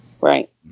Right